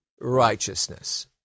righteousness